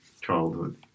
childhood